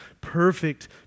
perfect